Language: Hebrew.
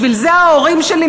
בשביל זה ההורים שלי,